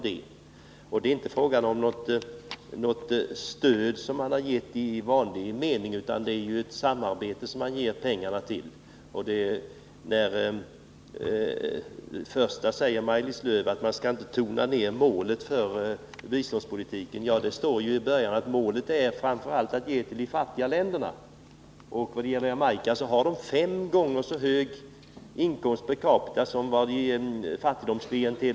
Det är ju inte fråga om ett stöd i vanlig mening, utan det är ett samarbete som pengarna skall ges till. Maj-Lis Lööw sade att vi inte skall tona ner målet för biståndspolitiken. Men målet är ju framför allt att ge till de fattiga länderna, och Jamaica har fem gånger högre inkomst per capita än fattigdomskriteriet.